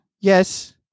Yes